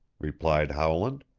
replied howland.